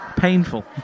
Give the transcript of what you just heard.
painful